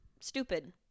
stupid